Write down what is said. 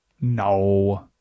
No